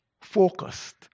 focused